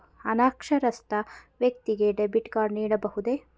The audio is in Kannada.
ಅನಕ್ಷರಸ್ಥ ವ್ಯಕ್ತಿಗೆ ಡೆಬಿಟ್ ಕಾರ್ಡ್ ನೀಡಬಹುದೇ?